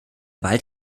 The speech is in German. wald